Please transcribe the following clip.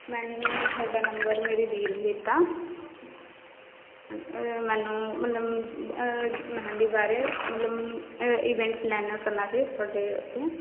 ਮੈਨੂੰ ਤੁਹਾਡਾ ਨੰਬਰ ਮੇਰੀ ਦੀਦੀ ਨੇ ਦਿੱਤਾ ਮੈਨੂੰ ਮਤਲਬ ਮਹਿੰਦੀ ਬਾਰੇ ਮਤਲਬ ਈਵੈਂਟ ਪਲੇਨ ਕਰਨਾ ਸੀ ਤੁਹਾਡੇ ਉੱਥੇ